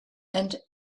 and